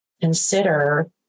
consider